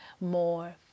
more